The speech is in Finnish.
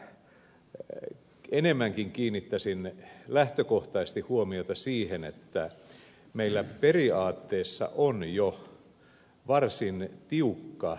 siksi minä enemmänkin kiinnittäisin lähtökohtaisesti huomiota siihen että meillä periaatteessa on jo varsin tiukka tupakkalaki